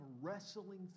wrestling